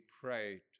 pray